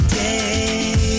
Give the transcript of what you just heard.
day